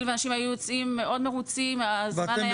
ואנשים היו יוצאים מאוד מרוצים והזמן היה מהיר.